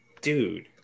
dude